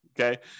Okay